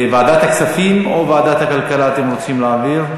לוועדת הכספים או לוועדת הכלכלה אתם רוצים להעביר?